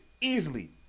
easily